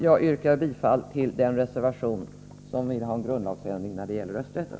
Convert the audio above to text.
Jag yrkar bifall till den reservation som handlar om en grundlagsändring när det gäller rösträtten.